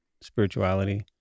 spirituality